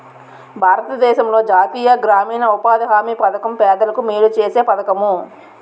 భారతదేశంలో జాతీయ గ్రామీణ ఉపాధి హామీ పధకం పేదలకు మేలు సేసే పధకము